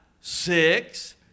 six